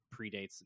predates